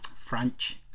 French